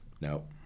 No